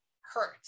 hurt